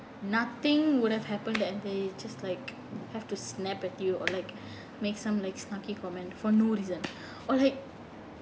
nothing would have happened and they just like have to snap at you or like make some like snarky comment for no reason or like